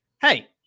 Hey